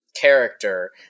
character